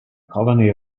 colony